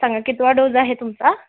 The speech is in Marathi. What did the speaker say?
सांगा कितवा डोज आहे तुमचा